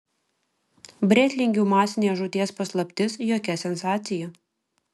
brėtlingių masinės žūties paslaptis jokia sensacija